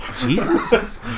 Jesus